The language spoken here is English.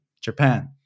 Japan